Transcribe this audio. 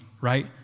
right